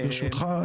ברשותך,